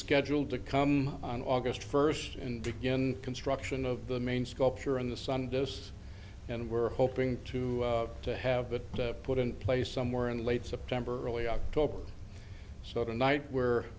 scheduled to come on august first and begin construction of the main sculpture in the sun this and we're hoping to to have it put in place somewhere in late september early october so tonight we're